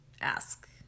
ask